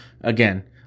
again